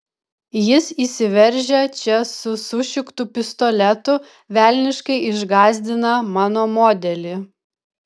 jis įsiveržia čia su sušiktu pistoletu velniškai išgąsdina mano modelį